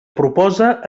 proposa